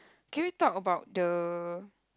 can we talk about the